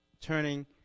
turning